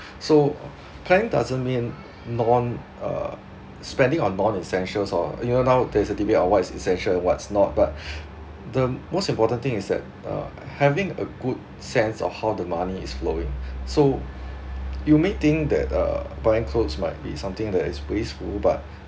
so planning doesn't mean non uh spending on non essentials so even now there is a debate on what is essential what is not but the most important thing is that uh having a good sense of how the money is flowing so you may think that uh buying clothes might be something that is wasteful but